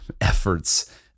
efforts